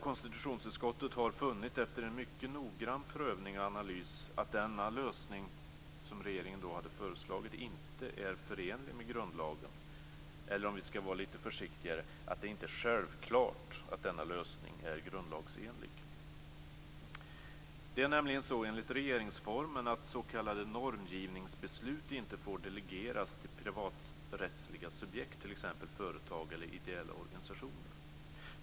Konstitutionsutskottet har efter en mycket noggrann prövning och analys funnit att den lösning som regeringen hade föreslagit inte är förenlig med grundlagen; eller om vi skall vara lite försiktigare: att det inte är självklart att denna lösning är grundlagsenlig. Det är nämligen så enligt regeringsformen att s.k. normgivningsbeslut inte får delegeras till privaträttsliga subjekt, t.ex. företag eller ideella organisationer.